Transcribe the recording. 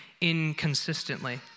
inconsistently